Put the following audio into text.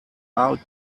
out